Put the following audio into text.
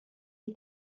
est